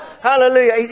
Hallelujah